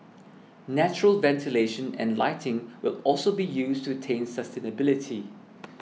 natural ventilation and lighting will also be used to attain sustainability